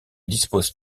dispose